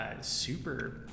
Super